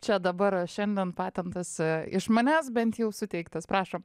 čia dabar šiandien patentas iš manęs bent jau suteiktas prašom